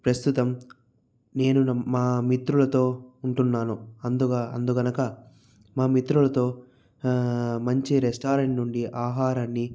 ప్రస్తుతం నేను మా మిత్రులతో ఉంటున్నాను అందుగా అందుకనుక మా మిత్రులతో మంచి రెస్టారెంట్ నుండి ఆహారాన్ని